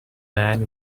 man